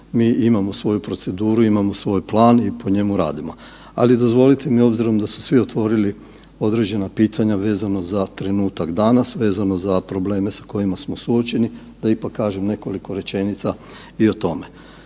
mi imamo svoju proceduru, imamo svoj plan i po njemu radimo. Ali, dozvolite mi, obzirom da su svi otvorili određena pitanja vezano za trenutak danas, vezano za probleme s kojima smo suočeni da ipak kažem nekoliko rečenica i o tome.